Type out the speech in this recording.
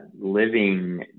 living